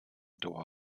doha